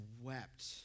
wept